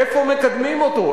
איפה מקדמים אותו?